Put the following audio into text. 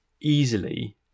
easily